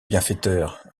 bienfaiteur